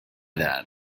that